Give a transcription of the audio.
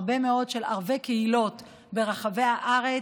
הם הרבה מאוד ערבי קהילות ברחבי הארץ,